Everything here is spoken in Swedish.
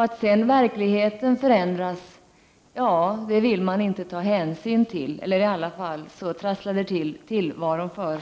Att verkligheten sedan förändras vill de inte ta hänsyn till. Det trasslar i alla fall till tillvaron för